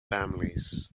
families